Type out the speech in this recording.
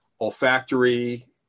olfactory